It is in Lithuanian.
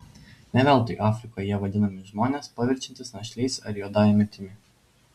ne veltui afrikoje jie vadinami žmones paverčiantys našliais ar juodąja mirtimi